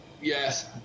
Yes